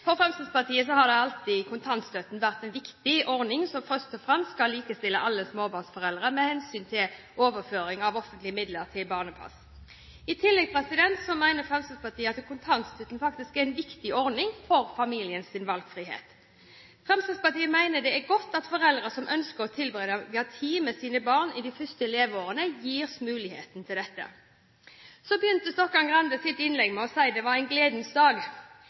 For Fremskrittspartiet har alltid kontantstøtten vært en viktig ordning som først og fremst skal likestille alle småbarnsforeldre med hensyn til overføringer av offentlige midler til barnepass. I tillegg mener Fremskrittspartiet at kontantstøtten faktisk er en viktig ordning for familiens valgfrihet. Fremskrittspartiet mener det er godt at foreldre som ønsker å tilbringe tid med sine barn i de første leveårene, gis muligheten til det. Så begynte Stokkan-Grande sitt innlegg med å si at det var en gledens dag.